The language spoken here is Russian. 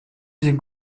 этих